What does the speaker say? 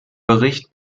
bericht